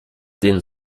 den